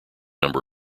number